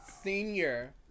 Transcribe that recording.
Senior